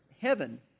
Heaven